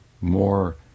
more